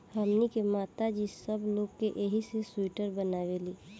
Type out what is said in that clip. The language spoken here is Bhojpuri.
हमनी के माता जी सब लोग के एही से सूटर बनावेली